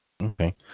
Okay